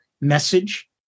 message